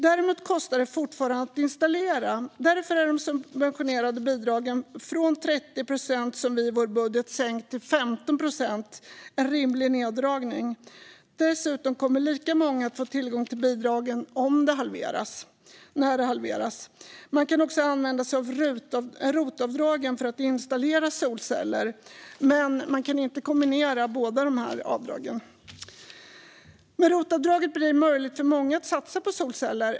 Däremot kostar det fortfarande att installera. Därför är sänkningen i vår budget av de subventionerade bidragen från 30 till 15 procent en rimlig neddragning. Dessutom kommer lika många att få tillgång till bidraget när det halveras. Man kan också använda sig av ROT-avdrag för att installera solceller, men man kan inte kombinera de båda avdragen. Med ROT-avdraget blir det möjligt för många att satsa på solceller.